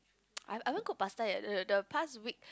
I I haven't cook pasta yet the past week